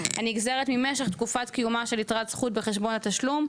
הנגזרת ממשך תקופת קיומה של יתרת זכות בחשבון התשלום,